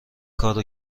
کارو